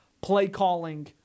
play-calling